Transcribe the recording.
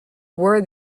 were